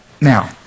now